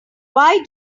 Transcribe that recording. why